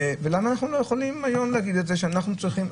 למה אנחנו לא יכולים להגיד היום שאנחנו צריכים,